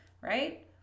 right